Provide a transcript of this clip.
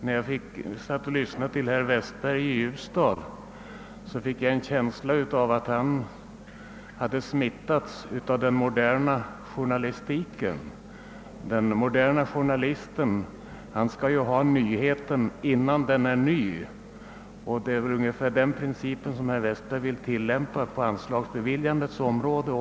När jag satt och lyssnade till herr Westberg fick jag en känsla av att han hade smittats av den moderna journalistiken — den moderna journalisten vill ju helst ha nyheten innan den är ny. Det är ungefär den principen som herr Westberg också vill tillämpa på anslagsbeviljandets område.